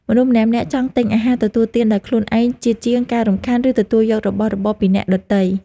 មនុស្សម្នាក់ៗចង់ទិញអាហារទទួលទានដោយខ្លួនឯងជាជាងការរំខាន ឬទទួលយករបស់របរពីអ្នកដទៃ។